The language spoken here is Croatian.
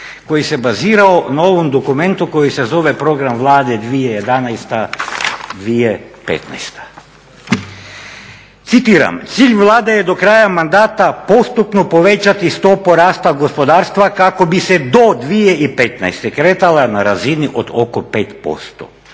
koji se bazirao na ovom dokumentu koji se zove Program Vlade 2011./2015. Citiram: "Cilj Vlade je do kraja mandata postupno povećati stopu rasta gospodarstva kako bi se do 2015. kretala na razini od oko 5%.